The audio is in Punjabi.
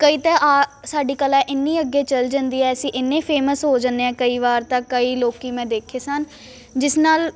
ਕਈ ਤਾਂ ਆ ਸਾਡੀ ਕਲਾ ਇੰਨੀ ਅੱਗੇ ਚੱਲ ਜਾਂਦੀ ਹੈ ਅਸੀਂ ਇੰਨੇ ਫੇਮਸ ਹੋ ਜਾਂਦੇ ਹਾਂ ਕਈ ਵਾਰ ਤਾਂ ਕਈ ਲੋਕ ਮੈਂ ਦੇਖੇ ਸਨ ਜਿਸ ਨਾਲ